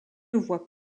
voie